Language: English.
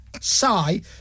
Sigh